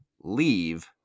leave –